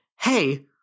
hey